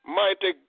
mighty